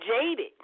jaded